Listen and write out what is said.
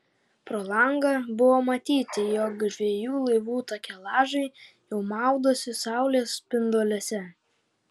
pro langą buvo matyti jog žvejų laivų takelažai jau maudosi saulės spinduliuose